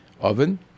oven